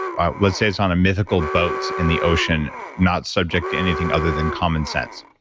let's say it's on a mythical boat in the ocean, not subject to anything other than common sense.